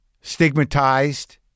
stigmatized